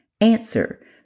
Answer